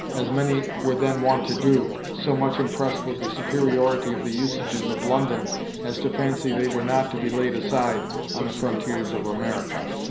as many were then wont to do, so much impressed with the superiority of the usages of london as to fancy they were not to be laid aside on the frontiers of america.